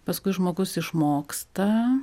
paskui žmogus išmoksta